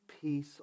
peace